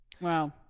Wow